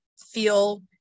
feel